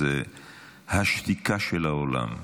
זה השתיקה של העולם,